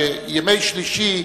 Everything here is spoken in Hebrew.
שימי שלישי,